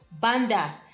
banda